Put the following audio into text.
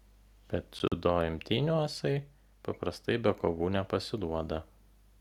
bet dziudo imtynių asai paprastai be kovų nepasiduoda